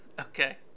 Okay